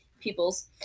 peoples